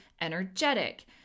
energetic